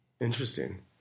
Interesting